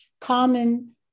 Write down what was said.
common